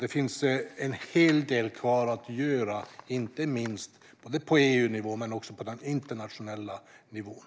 Det finns alltså en hel del kvar att göra både på EU-nivå och på den internationella nivån.